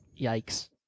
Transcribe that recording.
Yikes